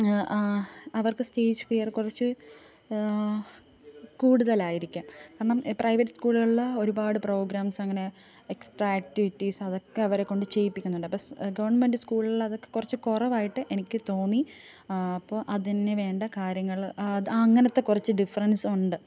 അവർക്ക് stage fear കുറച്ച് കൂടുതലായിരിക്കാം കാരണം പ്രൈവറ്റ് സ്കൂളുകളിലെ ഒരുപാട് പ്രോഗ്രാംസ് അങ്ങനെ എക്സ്ട്രാ ആക്ടിവിറ്റീസ് അതൊക്കെ അവരെക്കൊണ്ട് ചെയ്യിപ്പിക്കുന്നുണ്ട് അപ്പോൾ ഗവൺമെൻറ് സ്കൂളിൽ അതൊക്കെ കുറച്ച് കുറവായിട്ട് എനിക്ക് തോന്നി അപ്പോൾ അതിന് വേണ്ട കാര്യങ്ങൾ അത് അങ്ങനത്തെ കുറച്ച് ഡിഫറെൻസ് ഉണ്ട്